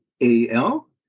A-L